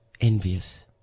envious